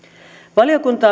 valiokunta